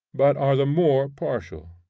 but are the more partial.